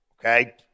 Okay